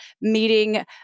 meeting